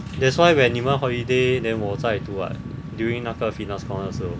that's why when 你们 holiday then 我在读 [what] during 那个 fitness corner 的时候